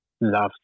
love